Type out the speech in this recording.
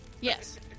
Yes